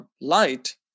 light